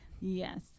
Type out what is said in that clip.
Yes